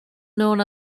known